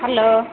hello